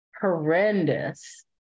horrendous